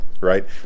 Right